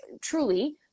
truly